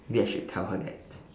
maybe I should tell her that